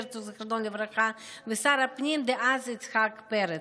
הרצוג, זיכרונו לברכה, ושר הפנים דאז יצחק פרץ.